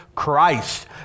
Christ